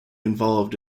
involved